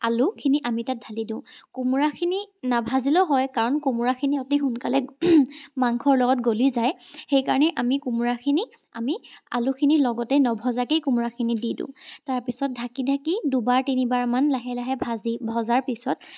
আলুখিনি আমি তাত ঢালি দিওঁ কোমোৰাখিনি নাভাজিলেও হয় কাৰণ কোমোৰাখিনি অতি সোনকালে মাংসৰ লগত গলি যায় সেইকাৰণে আমি কোমোৰাখিনি আমি আলুখিনিৰ লগতে নভজাকৈয়ে কোমোৰাখিনি দি দিওঁ তাৰপিছত ঢাকি ঢাকি দুবাৰ তিনিবাৰমান লাহে লাহে ভাজি ভজাৰ পিছত